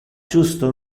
justo